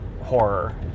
horror